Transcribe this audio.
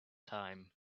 time